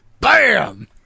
BAM